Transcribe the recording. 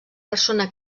persona